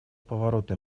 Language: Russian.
поворотный